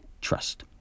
Trust